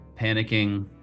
panicking